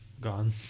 gone